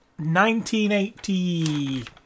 1980